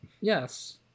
Yes